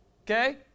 Okay